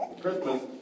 christmas